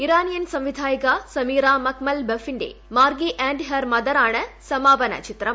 Iranian സംവിധായിക Samira മക്മൽ ബഫിന്റെ മാർഗി ആന്റ് ഹെർ മദർ ആണ് സമാപന ചിത്രം